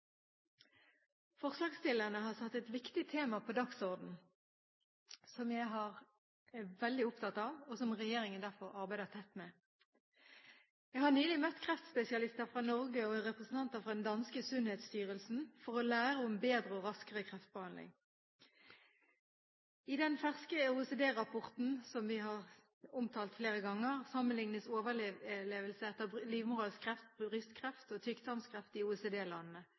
Forslagsstillerne har satt et viktig tema på dagsordenen, som jeg er veldig opptatt av, og som regjeringen derfor arbeider tett med. Jeg har nylig møtt kreftspesialister fra Norge og representanter fra den danske Sundhedsstyrelsen for å lære om bedre og raskere kreftbehandling. I den ferske OECD-rapporten som vi har omtalt flere ganger, sammenlignes overlevelse etter livmorhalskreft, brystkreft og tykktarmskreft i